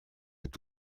est